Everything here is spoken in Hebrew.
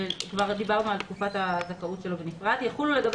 כבר דיברנו על תקופת הזכאות שלו בנפרד "יחולו לגבי